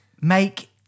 make